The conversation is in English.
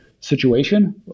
situation